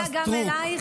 זה נוגע גם אלייך.